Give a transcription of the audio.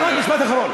משפט אחד אחרון.